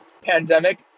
pandemic